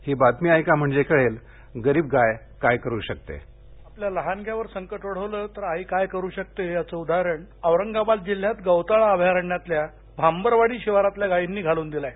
ही बातमी ऐका म्हणजे कळेल गरीब गाय काय करू शकते आपल्या लहानग्यावर संकट ओढवलं तर आई काय करू शकते याचं उदाहरणच औरंगाबाद जिल्ह्यातल्या गौताळा अभयारण्यातील भांबरवाडी शिवारातल्या गायींनी घालून दिलं आहे